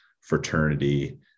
fraternity